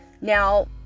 Now